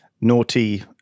naughty